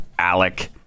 Alec